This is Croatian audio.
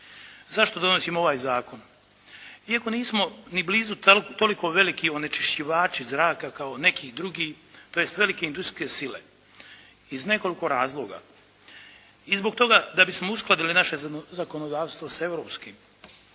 Zašto donosimo ovaj zakon, ako nismo ni blizu toliko veliki onečišćivači zraka kao neki drugi tj. velike industrijske sile? Iz nekoliko razloga i zbog toga da bismo uskladili naše zakonodavstvo sa europskim